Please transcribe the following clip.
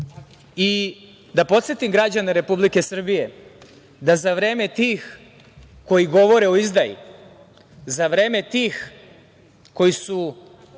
podsetim građane Republike Srbije da za vreme tih koji govore o izdaji, za vreme tih koji su